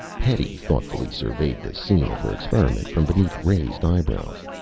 hetty thoughtfully surveyed the scene of her experiment from beneath raised eyebrows.